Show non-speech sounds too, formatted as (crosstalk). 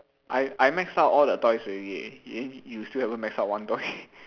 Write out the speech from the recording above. I I maxed out all the toys already eh you you still haven't maxed out one toy (breath)